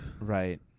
Right